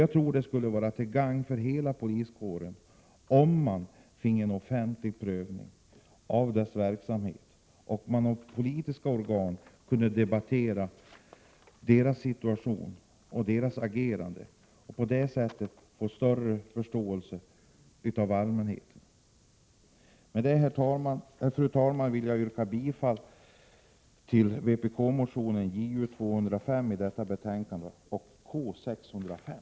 Jag tror att det skulle vara till gagn för hela poliskåren, om man finge en offentlig prövning av dess verksamhet och om man i politiska organ kunde debattera dess situation och dess agerande. På det sättet skulle man få en större förståelse från allmänheten. Fru talman! Med det anförda vill jag yrka bifall till vpk-motionerna Ju205 och K605.